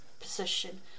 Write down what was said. position